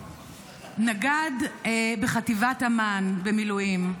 נגד בחטיבת אמ"ן, במילואים,